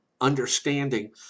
understanding